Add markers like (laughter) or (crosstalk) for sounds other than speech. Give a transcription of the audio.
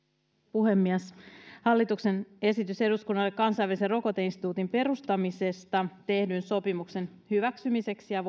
puhemies hallituksen esitys eduskunnalle kansainvälisen rokoteinstituutin perustamisesta tehdyn sopimuksen hyväksymiseksi ja (unintelligible)